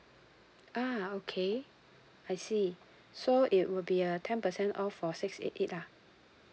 uh okay I see so it will be a ten percent off for six eight eight lah